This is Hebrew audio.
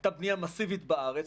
הייתה בנייה מסיבית בארץ,